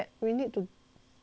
squeeze in